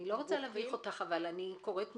אני לא רוצה להביך אותך, אבל אני קוראת מכם: